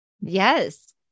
Yes